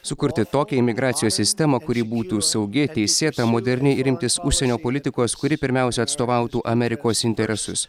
sukurti tokią imigracijos sistemą kuri būtų saugi teisėta moderni ir imtis užsienio politikos kuri pirmiausia atstovautų amerikos interesus